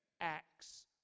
acts